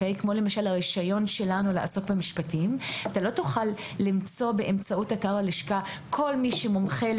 למשל אתה לא תוכל למצוא באמצעות אתר הלשכה את כל מי שמומחה או